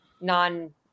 non